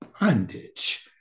bondage